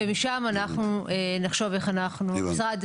ומשם אנחנו נחשוב איך אנחנו במשרד,